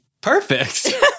Perfect